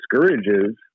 discourages